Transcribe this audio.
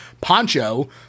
Poncho